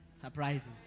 surprises